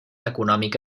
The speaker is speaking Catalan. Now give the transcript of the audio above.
econòmica